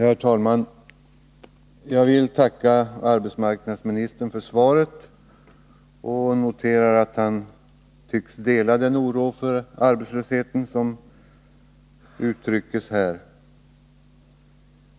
Herr talman! Jag vill tacka arbetsmarknadsministern för svaret och noterar att han tycks dela den oro för arbetslösheten som här kommer till uttryck.